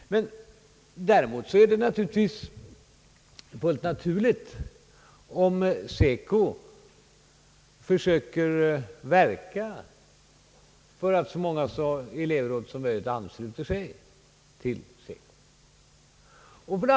Däremot är det naturligtvis helt klart att SECO försöker verka för att så många elevråd som möjligt ansluter sig till SECO.